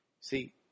See